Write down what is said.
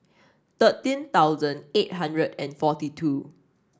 thirteen thousand eight hundred and forty two